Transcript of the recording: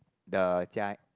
the jia